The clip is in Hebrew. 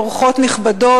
אורחות נכבדות,